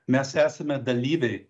mes esame dalyviai